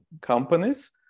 companies